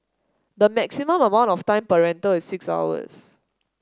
the maximum amount of time per rental is six hours